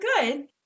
good